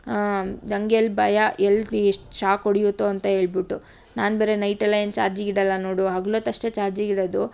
ಆಂ ನಂಗೆ ಎಲ್ಲಿ ಭಯ ಎಲ್ಲಿ ಶಾಕ್ ಹೊಡೆಯುತ್ತೋ ಅಂತ ಹೇಳ್ಬಿಟ್ಟು ನಾನು ಬರೀ ನೈಟೆಲ್ಲ ಏನು ಚಾರ್ಜಿಗೆ ಇಡೋಲ್ಲ ನೋಡು ಹಗ್ಲೊತ್ತು ಅಷ್ಟೇ ಚಾರ್ಜಿಗೆ ಇಡೋದು